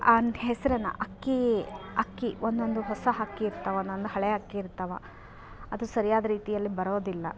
ಅಂತ ಹೆಸರನ್ನ ಅಕ್ಕೀ ಅಕ್ಕಿ ಒಂದೊಂದು ಹೊಸ ಅಕ್ಕಿ ಇರ್ತಾವೆ ಒನ್ನೊಂದು ಹಳೆ ಅಕ್ಕಿ ಇರ್ತಾವೆ ಅದು ಸರಿಯಾದ್ ರೀತಿಯಲ್ಲಿ ಬರೋದಿಲ್ಲ